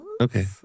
Okay